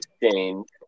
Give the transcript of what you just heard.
exchange